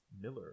Miller